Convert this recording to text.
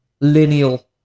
lineal